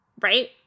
Right